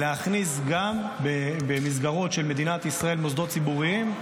יש אפשרות להכניס גם במסגרות של מדינת ישראל מוסדות ציבוריים,